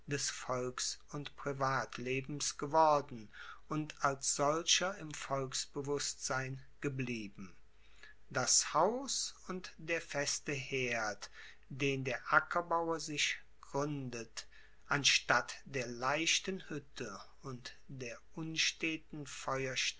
des volks und privatlebens geworden und als solcher im volksbewusstsein geblieben das haus und der feste herd den der ackerbauer sich gruendet anstatt der leichten huette und der unsteten